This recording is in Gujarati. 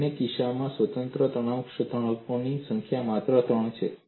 બંને કિસ્સાઓમાં સ્વતંત્ર તણાવ ઘટકોની સંખ્યા માત્ર ત્રણ છે